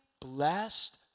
blessed